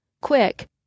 quick